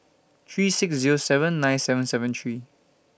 three six Zero seven nine seven seven three